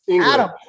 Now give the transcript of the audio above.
Adam